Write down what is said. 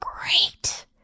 great